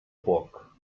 poc